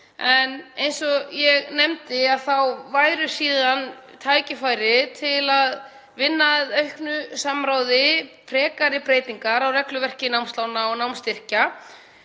Eins og ég nefndi eru síðan tækifæri til að vinna að auknu samráði um frekari breytingar á regluverki námslána og námsstyrkja